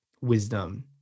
wisdom